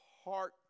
heart